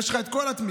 יש לך את כל התמיכה,